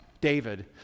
David